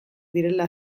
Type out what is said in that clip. direla